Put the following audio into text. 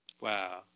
Wow